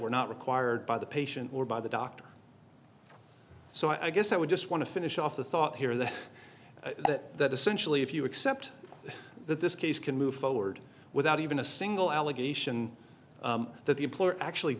were not required by the patient or by the doctor so i guess i would just want to finish off the thought here that that essential if you accept that this case can move forward without even a single allegation that the employer actually